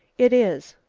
it is,